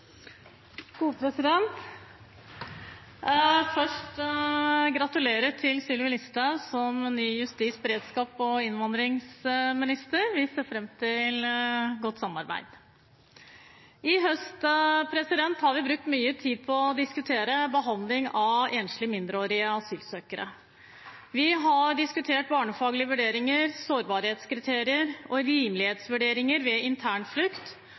innvandringsminister. Vi ser fram til godt samarbeid. I høst har vi brukt mye tid på å diskutere behandling av enslige mindreårige asylsøkere. Vi har diskutert barnefaglige vurderinger, sårbarhetskriterier og rimelighetsvurderinger ved